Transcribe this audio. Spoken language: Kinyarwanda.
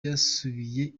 yasubiye